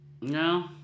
No